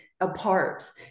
apart